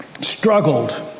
struggled